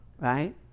right